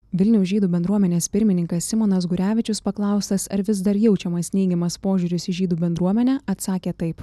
vilniaus žydų bendruomenės pirmininkas simonas gurevičius paklaustas ar vis dar jaučiamas neigiamas požiūris į žydų bendruomenę atsakė taip